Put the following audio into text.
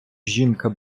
жінка